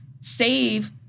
Save